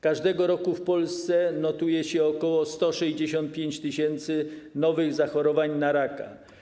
Każdego roku w Polsce notuje się około 165 tys. nowych zachorowań na raka.